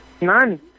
None